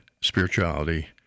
spirituality